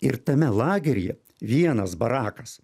ir tame lageryje vienas barakas